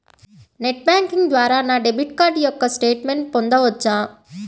Net banking ద్వారా నా debit card యొక్క స్టేట్మెంట్ పొందవచ్చా?